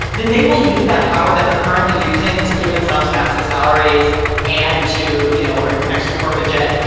then they will use that power that they're currently using to give themselves massive salaries and too, you know, or an extra corporate jet,